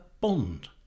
bond